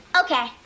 Okay